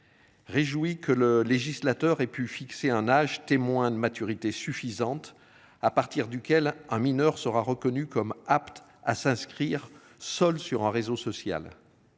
Réjouis que le législateur est pu fixer un âge. Témoin de maturité suffisante à partir duquel un mineur sera reconnu comme aptes à s'inscrire, seul sur un réseau social.